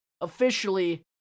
officially